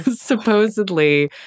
supposedly